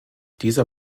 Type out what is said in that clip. dieser